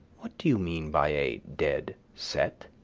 what do you mean by a dead set?